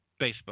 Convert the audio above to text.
Facebook